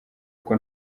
uko